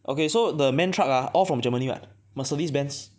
okay so the MAN Truck ah all from Germany [what] Mercedes Benz